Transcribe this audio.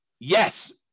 Yes